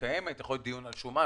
יכולים לדיון דיונים על שומה,